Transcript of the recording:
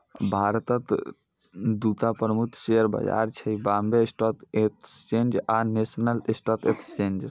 भारतक दूटा प्रमुख शेयर बाजार छै, बांबे स्टॉक एक्सचेंज आ नेशनल स्टॉक एक्सचेंज